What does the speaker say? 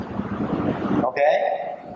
okay